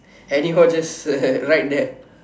anyhow just ride there